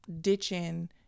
ditching